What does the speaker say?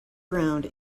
ground